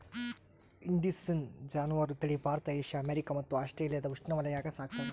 indicine ಜಾನುವಾರು ತಳಿ Bharat Asia America ಮತ್ತು ಆಸ್ಟ್ರೇಲಿಯಾದ ಉಷ್ಣವಲಯಾಗ ಸಾಕ್ತಾರ